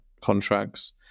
Contracts